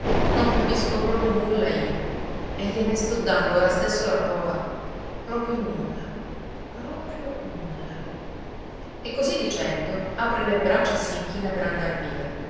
non capisco proprio nulla io e gliene sto dando ora stesso la prova proprio nulla proprio nulla e così dicendo apre le braccia e s'inchina per andar via